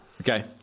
Okay